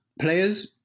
players